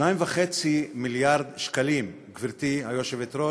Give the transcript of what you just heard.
2.5 מיליארד שקלים, גברתי היושבת-ראש,